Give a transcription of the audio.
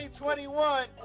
2021